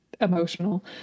emotional